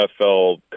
NFL